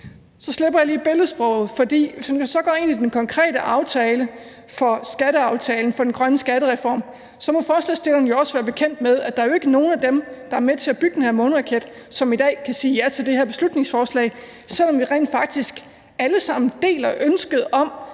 Så slipper jeg lige billedsproget, for hvis vi går ind i den konkrete aftale om den grønne skattereform, må forslagsstillerne jo også være bekendt med, at der ikke er nogen af dem, der er med til at bygge den her måneraket, som i dag kan sige ja til det her beslutningsforslag, selv om vi faktisk alle sammen deler ønsket om